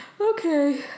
Okay